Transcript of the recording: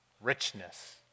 richness